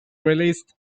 released